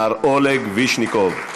מר אולג וישניקוב.